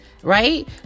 Right